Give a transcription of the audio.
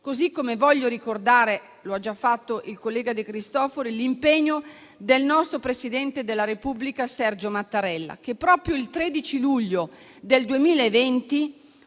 Così come voglio ricordare, lo ha già fatto il collega De Cristofaro, l'impegno del nostro presidente della Repubblica, Sergio Mattarella, che proprio il 13 luglio del 2020